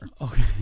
Okay